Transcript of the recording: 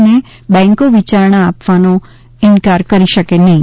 ને બેન્કો વિચારણા આપવાનો ઇન્કાર કરી શકે નહીં